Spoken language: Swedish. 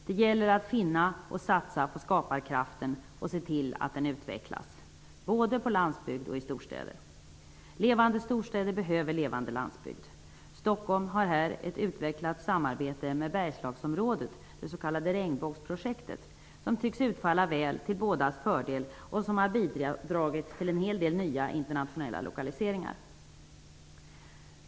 Det gäller att satsa på skaparkraften och se till att den utvecklas, både på landsbygd och i storstäder. Levande storstäder behöver levande landsbygd. Stockholm har ett utvecklat samarbete med Bergslagsområdet, det s.k. Regnbågsprojektet, som tycks utfalla väl till bådas fördel och som har bidragit till en hel del nya internationella lokaliseringar.